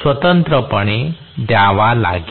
स्वतंत्रपणे द्यावा लागेल